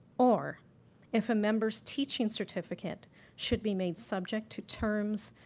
or if a member's teaching certificate should be made subject to terms,